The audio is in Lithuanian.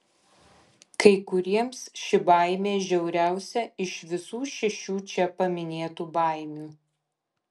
kai kuriems ši baimė žiauriausia iš visų šešių čia paminėtų baimių